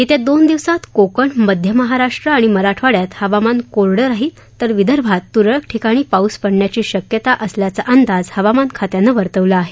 येत्या दोन दिवसात कोकण मध्य महाराष्ट्र आणि मराठवाड्यात हवामान कोरडं राहील तर विदर्भात तुरळक ठिकाणी पाऊस पडण्याची शक्यता असल्याचा हवामान खात्याचा अंदाज आहे